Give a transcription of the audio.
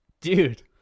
Dude